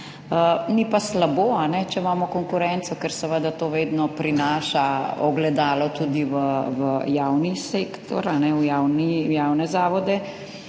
Ni pa slabo, če imamo konkurenco, ker seveda to vedno prinaša ogledalo tudi v javni sektor, a ne, v javne zavode.